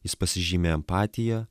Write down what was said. jis pasižymi empatija